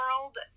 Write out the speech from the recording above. world